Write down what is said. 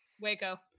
Waco